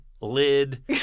lid